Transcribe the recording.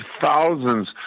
thousands